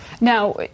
Now